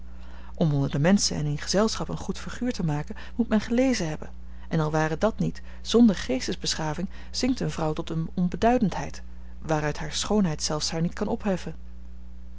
om onder de menschen en in gezelschap een goed figuur te maken moet men gelezen hebben en al ware dàt niet zonder geestesbeschaving zinkt eene vrouw tot eene onbeduidendheid waaruit hare schoonheid zelfs haar niet kan opheffen